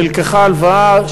נלקחה הלוואה,